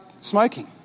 smoking